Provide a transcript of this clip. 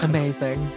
Amazing